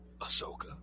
Ahsoka